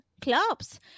clubs